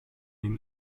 dem